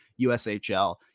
USHL